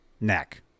neck